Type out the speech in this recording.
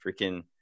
freaking